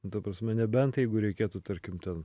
ta prasme nebent jeigu reikėtų tarkim ten